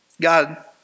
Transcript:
God